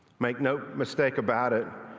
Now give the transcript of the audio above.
make no mistake about it.